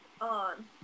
on